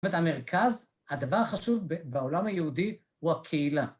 זאת אומרת, המרכז, הדבר החשוב בעולם היהודי הוא הקהילה.